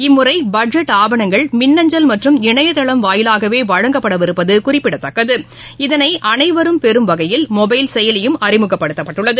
இம்முறைபட்ஜெட் மின்னன்சல் மற்றும் இணைகளம் ஆவணங்கள் வாயிலாகவேவழங்கப்படவிருப்பதுகுறிப்பிடத்தக்கது இதனைஅனைவரும் பெறும் வகையில் மொபைல் செயலியும் அறிமுகப்படுத்தப்பட்டுள்ளது